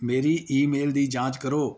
ਮੇਰੀ ਈਮੇਲ ਦੀ ਜਾਂਚ ਕਰੋ